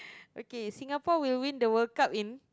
okay Singapore will win the World Cup in